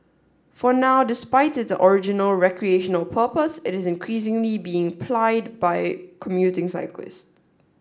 for now despite its original recreational purpose it is increasingly being plied by commuting cyclists